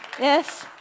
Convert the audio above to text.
yes